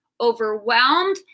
overwhelmed